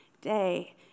day